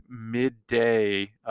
midday